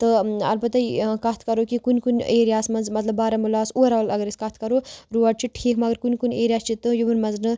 تہٕ البتہ کَتھ کَرو کہِ کُنہِ کُنہِ ایریاہَس منٛز مطلب بارہمولاہَس اوٚوَرآل اگر أسۍ کَتھ کَرو روڈ چھِ ٹھیٖک مگر کُنہِ کُنہِ ایریا چھِ تہٕ یِمَن منٛز نہٕ